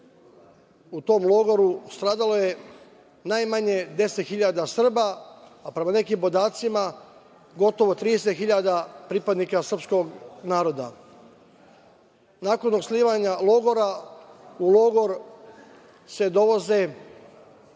u tom logoru, stradalo je najmanje 10.000 Srba, a prema nekim podacima gotovo 30.000 pripadnika srpskog naroda. Nakon osnivanja logora, u logor se dovoze